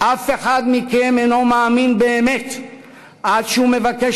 "אף אחד מכם אינו מאמין באמת עד שהוא מבקש